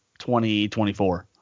2024